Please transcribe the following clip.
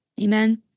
Amen